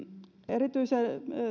erityisen